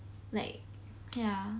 like ya